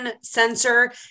sensor